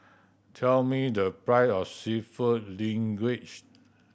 tell me the price of Seafood Linguine